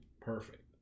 Perfect